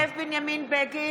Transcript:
(קוראת בשמות חברי הכנסת) זאב בנימין בגין,